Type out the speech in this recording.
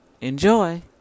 Enjoy